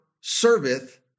serveth